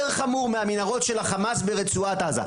חמור מהמנהרות של החמאס ברצועת עזה.